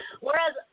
Whereas